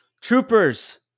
troopers